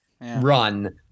run